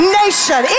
nation